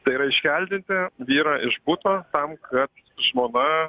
tai yra iškeldinti vyrą iš buto tam kad žmona